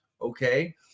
okay